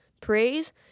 Praise